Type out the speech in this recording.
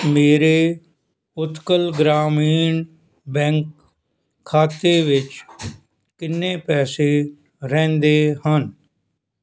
ਮੇਰੇ ਉਤਕਲ ਗ੍ਰਾਮੀਣ ਬੈਂਕ ਖਾਤੇ ਵਿੱਚ ਕਿੰਨੇ ਪੈਸੇ ਰਹਿੰਦੇ ਹਨ